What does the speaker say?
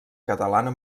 catalana